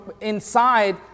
inside